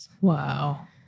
Wow